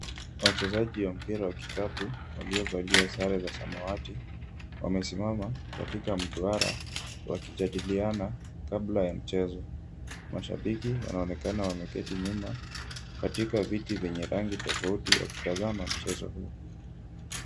Wachezaji wa mpira wa kikapu, waliovalia sare za samawati wamesimama katika mduara, wakijadiliana kabla ya mchezo. Mashabiki wanaonekana wameketi nyuma katika viti vyenye rangi tofauti wakitazama mchezo huo.